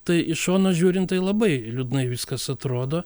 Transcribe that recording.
tai iš šono žiūrint tai labai liūdnai viskas atrodo